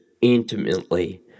intimately